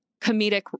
comedic